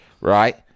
right